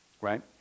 right